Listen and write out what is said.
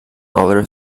other